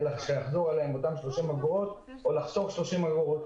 שיחזרו אליהם אותן 30 אגורות או כדי לחסוך 30 אגורות.